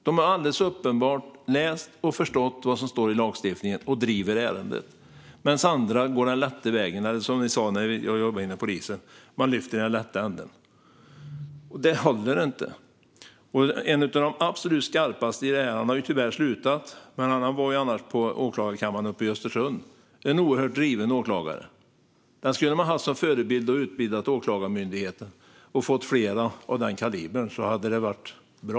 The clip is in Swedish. De har alldeles uppenbart läst och förstått vad som står i lagstiftningen och driver ärenden, medan andra går den lätta vägen - eller, som vi sa när jag jobbade inom polisen, lyfter i den lätta änden. Det håller inte. En av de absolut skarpaste i detta har tyvärr slutat men fanns annars på åklagarkammaren uppe i Östersund - en oerhört driven åklagare. Denna person skulle man haft som förebild när man utbildar åklagare. Om Åklagarmyndigheten hade haft flera av den kalibern hade det varit bra.